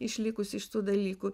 išlikusių iš tų dalykų